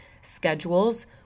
schedules